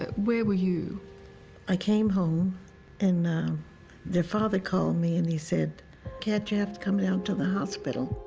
ah where were you i came home and their father called me and he said can't you have to come down to the hospital?